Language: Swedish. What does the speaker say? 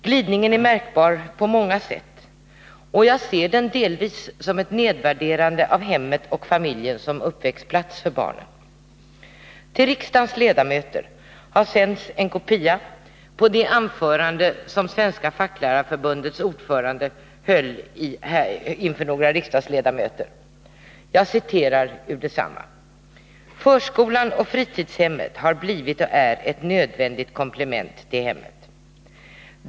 Glidningen är märkbar på många sätt, och jag ser den delvis som ett nedvärderande av hemmet och familjen som uppväxtplats för barnen. Till riksdagens ledamöter har sänts en kopia av det anförande som Svenska facklärarförbundets ordförande höll inför några riksdagsledamöter. Jag citerar ur anförandet: ”Förskolan och fritidshemmet har blivit och är ett nödvändigt komplement till hemmet.